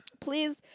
Please